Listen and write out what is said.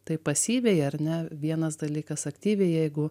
taip pasyviai ar ne vienas dalykas aktyviai jeigu